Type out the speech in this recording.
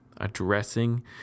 addressing